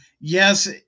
yes